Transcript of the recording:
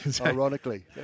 Ironically